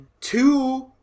Two